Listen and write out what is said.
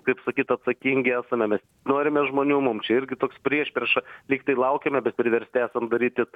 kaip sakyt atsakingi esame mes norime žmonių mum čia irgi toks priešprieša lygtai laukiame bet priversti esam daryti